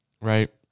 right